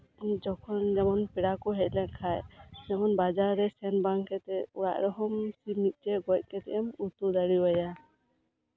ᱡᱚᱠᱷᱚᱱ ᱡᱮᱢᱚᱱ ᱯᱮᱲᱟ ᱠᱚ ᱦᱮᱡ ᱞᱮᱱ ᱠᱷᱟᱡ ᱡᱮᱢᱚᱱ ᱵᱟᱡᱟᱨᱨᱮ ᱥᱮᱱ ᱵᱟᱝ ᱠᱟᱛᱮᱜ ᱚᱲᱟᱜ ᱨᱮᱦᱚᱢ ᱜᱚᱡ ᱠᱟᱛᱮᱜ ᱦᱚᱢ ᱩᱛᱩ ᱫᱟᱲᱮ ᱟᱭᱟ